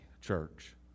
church